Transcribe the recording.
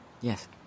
Yes